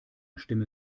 stimme